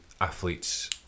athletes